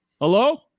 Hello